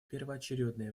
первоочередное